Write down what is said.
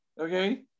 okay